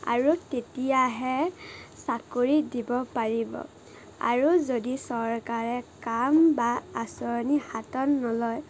আৰু তেতিয়াহে চাকৰি দিব পাৰিব আৰু যদি চৰকাৰে কাম বা আঁচনি হাতত নলয়